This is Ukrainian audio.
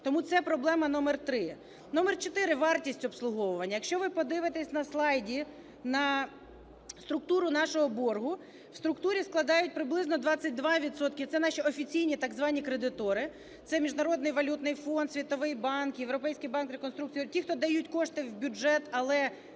Тому це проблема номер три. Номер чотири – вартість обслуговування. Якщо ви подивитесь на слайді на структуру нашого боргу, в структурі складають приблизно 22 відсотки, це наші офіційні так звані кредитори: це Міжнародний валютний фонд, Світовий банк, Європейський банк реконструкції – ті, хто дають кошти в бюджет, але на